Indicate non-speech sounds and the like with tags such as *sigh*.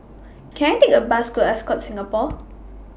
Can I Take A Bus to Ascott Singapore *noise*